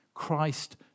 Christ